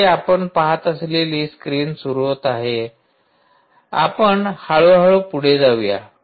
येथे आपण पहात असलेली स्क्रीन सुरु होत आहे तर आपण हळू हळू पुढे जाऊ या